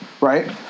right